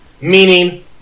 meaning